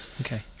Okay